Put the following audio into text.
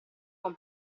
con